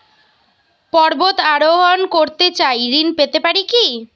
পর্বত আরোহণ করতে চাই ঋণ পেতে পারে কি?